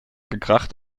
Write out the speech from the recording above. gekracht